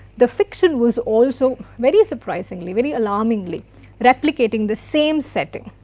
the fiction was also very surprisingly, very alarmingly replicating the same setting.